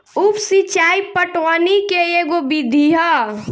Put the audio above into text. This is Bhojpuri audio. उप सिचाई पटवनी के एगो विधि ह